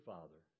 Father